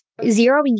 zeroing